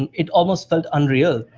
and it almost felt unreal.